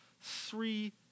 three